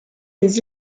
des